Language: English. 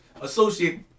associate